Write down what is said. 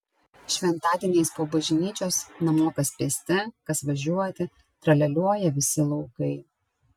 šventadieniais po bažnyčios namo kas pėsti kas važiuoti tralialiuoja visi laukai